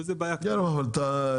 וזו בעיה -- לא,